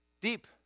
deep